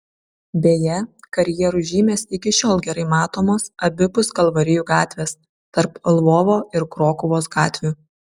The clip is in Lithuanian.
beje karjerų žymės iki šiol gerai matomos abipus kalvarijų gatvės tarp lvovo ir krokuvos gatvių